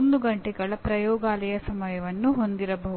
1 ಗಂಟೆಗಳ ಪ್ರಯೋಗಾಲಯ ಸಮಯವನ್ನು ಹೊಂದಿರಬಹುದು